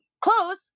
close